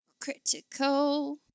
Critical